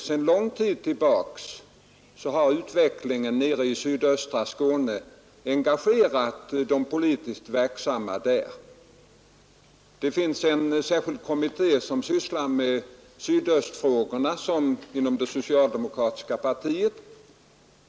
Sedan lång tid tillbaka har utvecklingen nere i sydöstra Skåne engagerat de politiskt verksamma där, Det finns inom socialdemokratiska partiet en särskild kommitté som sysslar med sydöstfrågorna i Skåne.